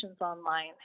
online